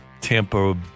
Tampa